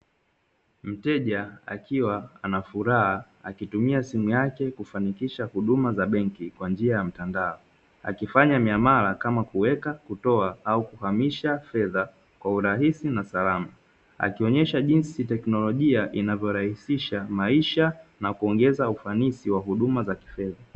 Mteja akiwa anafuraha akitumia simu yake kufanikisha huduma za benki kwa njia ya mtandao. Akifanya miamala kama kuweka, kutoa au kuhamisha fedha kwa urahisi na usalama. Akionyesha jinsi teknolojia inavyorahisisha maisha na kuongeza ufanisi wa huduma za kifedha.